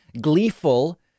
gleeful